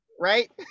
Right